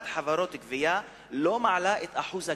חברות גבייה לא מעלה את שיעור הגבייה?